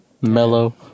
Mellow